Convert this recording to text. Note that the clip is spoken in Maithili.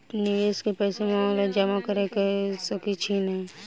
निवेश केँ पैसा मे ऑनलाइन जमा कैर सकै छी नै?